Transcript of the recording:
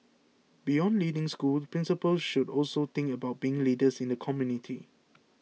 beyond leading schools principals should also think about being leaders in the community